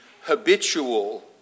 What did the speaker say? habitual